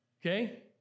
Okay